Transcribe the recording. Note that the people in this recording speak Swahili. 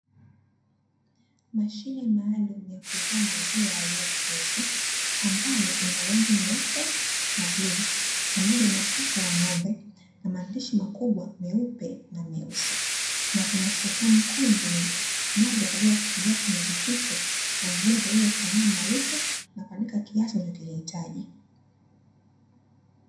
Mashine maalumu ya kuuzia maziwa yaliyo freshi, ambayo ina rangi nyeupe na bluu, pamoja na picha ya ng'ombe na maandishi makubwa meupe na meusi. Na kuna sehemu kuu mbili, moja kwa ajili ya kukingia kinywaji hicho, na nyingine kwa ajili ya kufanyia malipo, na kuandika kiasi unachohitaji.